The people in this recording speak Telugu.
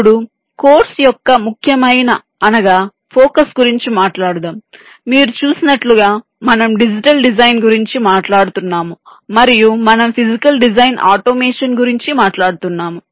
ఇప్పుడు కోర్సు యొక్క ముఖ్యమైన అనగా ఫోకస్ గురించి మాట్లాడుదాం మీరు చూసినట్లుగా మనం డిజిటల్ డిజైన్ గురించి మాట్లాడుతున్నాము మరియు మనం ఫిజికల్ డిజైన్ ఆటోమేషన్ గురించి మాట్లాడుతున్నాము